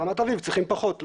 ברמת אביב צריכים פחות.